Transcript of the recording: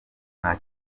nta